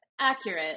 Accurate